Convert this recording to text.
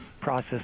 process